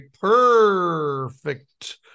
perfect